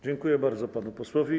Dziękuję bardzo panu posłowi.